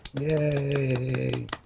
Yay